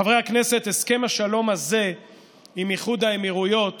חברי הכנסת, הסכם השלום הזה עם איחוד האמירויות